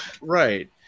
Right